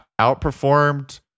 Outperformed